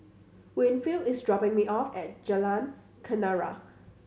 Winfield is dropping me off at Jalan Kenarah